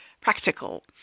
practical